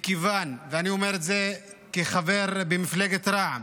ואני אומר את זה כחבר במפלגת רע"מ.